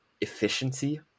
efficiency